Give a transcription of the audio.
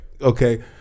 okay